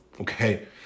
Okay